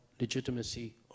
legitimacy